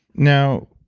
now,